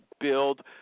build